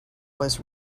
was